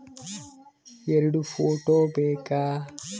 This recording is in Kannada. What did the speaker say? ಎರಡು ಫೋಟೋ ಬೇಕಾ?